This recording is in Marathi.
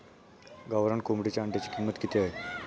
गावरान कोंबडीच्या अंड्याची किंमत किती आहे?